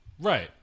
Right